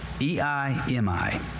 E-I-M-I